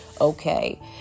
Okay